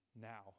now